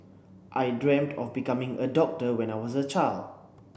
I dreamt of becoming a doctor when I was a child